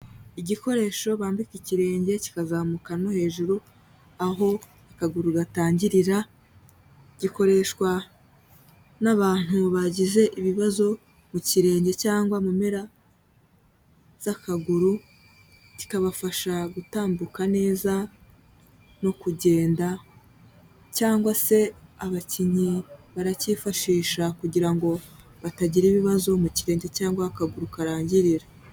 Igikoresho bambika ikirenge kikazamuka no hejuru aho akaguru gatangirira, gikoreshwa n'abantu bagize ibibazo mu kirenge cyangwa mu mpera z'akaguru, cyikabafasha gutambuka neza no kugenda cyangwa se abakinnyi baracyifashisha kugira ngo batagira ibibazo mu kirenge cyangwa aho akaguru karangirira.